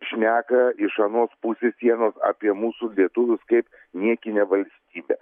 šneka iš anos pusės sienos apie mūsų lietuvius kaip niekinę valstybę